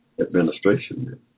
administration